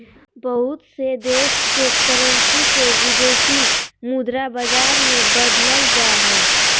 बहुत से देश के करेंसी के विदेशी मुद्रा बाजार मे बदलल जा हय